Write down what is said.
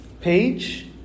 page